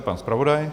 Pan zpravodaj.